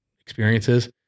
experiences